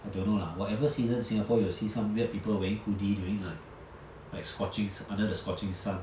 I don't know lah whatever seasons singapore you will see some weird people wearing hoodie during like like scorching under the scorching sun